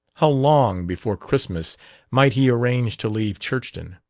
how long before christmas might he arrange to leave churchton?